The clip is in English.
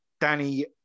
danny